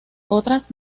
otras